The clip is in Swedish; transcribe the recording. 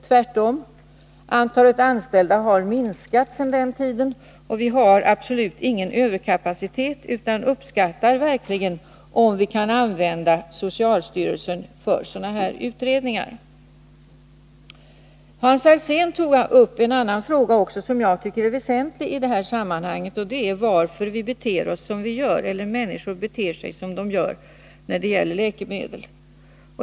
Tvärtom har antalet anställda minskat sedan den tiden, och vi har absolut ingen överkapacitet utan uppskattar verkligen att vi kan använda socialstyrelsen för sådana här utredningar. Hans Alsén tog också upp en annan fråga som jag tycker är väsentlig i det här sammanhanget, nämligen varför människor beter sig som de gör när det gäller läkemedel.